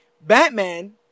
Batman